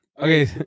Okay